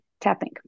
tapping